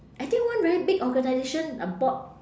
I think one very big organisation uh bought